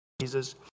Jesus